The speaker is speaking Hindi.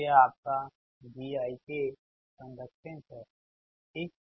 अब यह आपका Gikकंडक्टेंस है ठीक